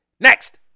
next